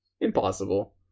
Impossible